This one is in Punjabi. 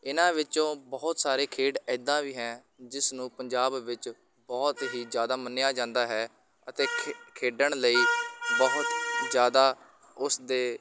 ਇਹਨਾਂ ਵਿੱਚੋਂ ਬਹੁਤ ਸਾਰੇ ਖੇਡ ਐਦਾਂ ਵੀ ਹੈ ਜਿਸ ਨੂੰ ਪੰਜਾਬ ਵਿੱਚ ਬਹੁਤ ਹੀ ਜ਼ਿਆਦਾ ਮੰਨਿਆ ਜਾਂਦਾ ਹੈ ਅਤੇ ਖੇ ਖੇਡਣ ਲਈ ਬਹੁਤ ਜ਼ਿਆਦਾ ਉਸਦੇ